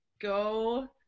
Go